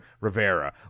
Rivera